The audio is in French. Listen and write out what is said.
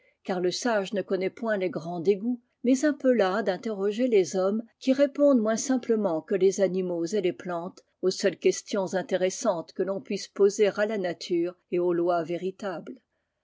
des abeilles sage ne connaît point les grands dégoûts mais un peu las d'interroger les hommes qui répondent moins simplement que les animaux elles plantes aux seules questions intéressantes que ton puisse poser à la nature et aux lois véritables